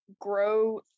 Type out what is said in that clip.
grow